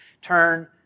turn